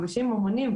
חמישים ממונים,